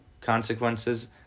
consequences